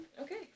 okay